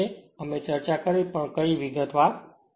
અમે ચર્ચા કરી છે કંઈપણ વિગતવાર નથી